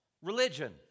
religion